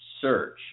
Search